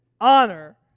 honor